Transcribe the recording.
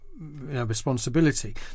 responsibility